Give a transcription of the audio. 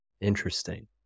Interesting